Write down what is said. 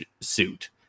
suit